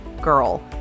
girl